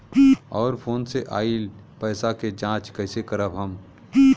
और फोन से आईल पैसा के जांच कैसे करब हम?